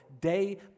day